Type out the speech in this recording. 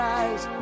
eyes